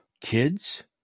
kids